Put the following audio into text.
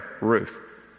Ruth